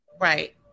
Right